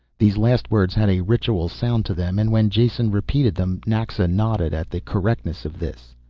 these last words had a ritual sound to them, and when jason repeated them, naxa nodded at the correctness of this.